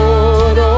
Lord